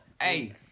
hey